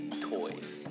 Toys